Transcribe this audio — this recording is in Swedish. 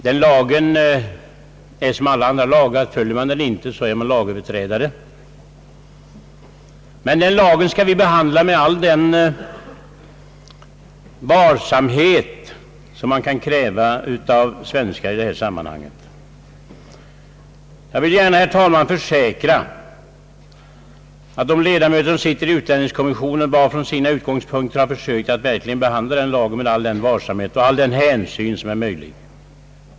Följer man inte den lagen så är man lagöverträdare, men den lagen skall vi behandla med all den varsamhet som man kan kräva av svenskar i detta sammanhang. Jag vill, herr talman, gärna försäkra att de ledamöter som sitter i utlänningskommissionen var och en från sina utgångspunkter har försökt att behandla lagen med all den varsamhet och den hänsyn som är möjlig.